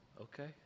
Okay